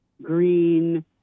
green